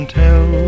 tell